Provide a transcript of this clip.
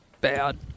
bad